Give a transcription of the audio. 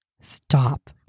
Stop